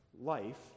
life